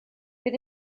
fydd